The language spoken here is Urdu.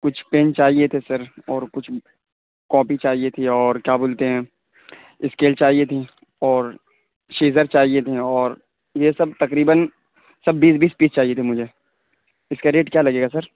کچھ پین چاہیے تھے سر اور کچھ کاپی چاہیے تھی اور کیا بولتے ہیں اسکیل چاہیے تھی اور شیذر چاہیے تھے اور یہ سب تقریباً سب بیس بیس پیس چاہیے تھی مجھے اس کا ریٹ کیا لگے گا سر